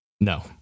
No